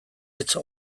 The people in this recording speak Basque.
hitz